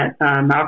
Malcolm